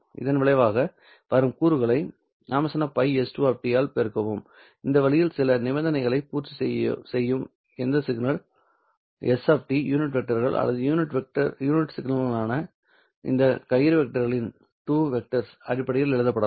இதன் விளைவாக வரும் கூறுகளை ϕS2 ஆல் பெருக்கவும் இந்த வழியில் சில நிபந்தனைகளை பூர்த்தி செய்யும் எந்த சிக்னல் s யூனிட் வெக்டர்கள் அல்லது யூனிட் சிக்னல்களான இந்த கயிறு வெக்டர்களின் அடிப்படையில் எழுதப்படலாம்